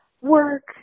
work